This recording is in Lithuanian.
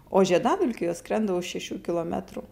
o žiedadulkių jos skrenda už šešių kilometrų